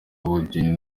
godwyn